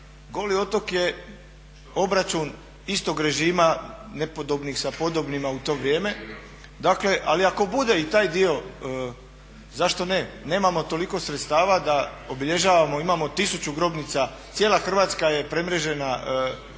Goli otok je obračun istog režima nepodobnih sa podobnima u to vrijeme. dakle ako bude i taj dio zašto ne. Nemamo toliko sredstava da obilježavamo, imamo tisuću grobnica, cijela Hrvatska je premrežena